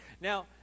Now